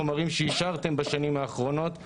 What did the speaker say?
מיני חומרים שאישרתם בשנים האחרונות,